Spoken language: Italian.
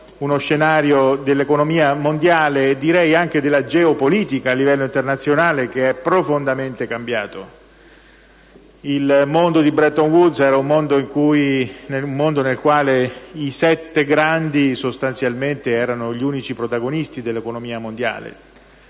uno scenario dell'economia mondiale, e direi anche della geopolitica a livello internazionale, che è profondamente cambiato. Nel mondo di Bretton Woods i sette grandi erano sostanzialmente gli unici protagonisti dell'economia mondiale: